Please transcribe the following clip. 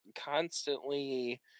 constantly